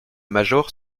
major